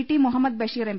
T Muhammad Basheer M